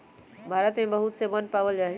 भारत में बहुत से वन पावल जा हई